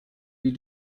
die